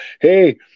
hey